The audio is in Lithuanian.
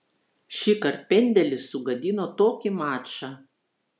šįkart pendelis sugadino tokį mačą